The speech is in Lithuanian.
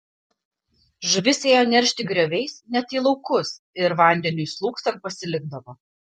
žuvis ėjo neršti grioviais net į laukus ir vandeniui slūgstant pasilikdavo